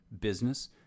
business